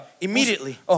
Immediately